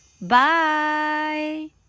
Bye